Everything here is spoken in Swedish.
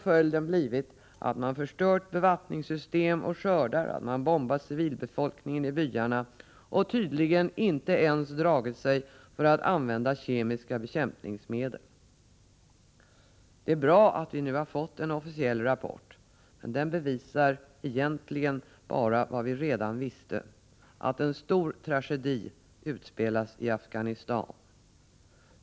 Följden har blivit att man har förstört bevattningssystem och skördar, att man har bombat civilbefolkningen i byarna och tydligen inte ens dragit sig för att använda kemiska bekämpningsmedel. Det är bra att vi nu fått en officiell rapport. Den bevisar egentligen bara vad vi redan visste: att en stor tragedi utspelas i Afghanistan.